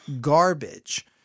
garbage